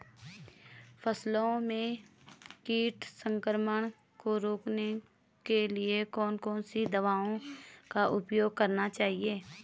फसलों में कीट संक्रमण को रोकने के लिए कौन कौन सी दवाओं का उपयोग करना चाहिए?